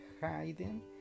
hiding